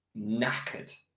knackered